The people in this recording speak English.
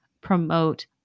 promote